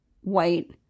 white